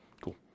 Cool